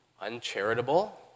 uncharitable